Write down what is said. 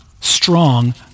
strong